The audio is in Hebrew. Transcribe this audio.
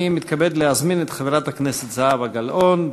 אני מתכבד להזמין את חברת הכנסת זהבה גלאון,